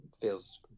feels